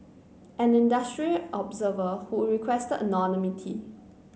an industry observer who requested anonymity